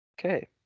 Okay